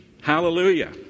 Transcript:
Hallelujah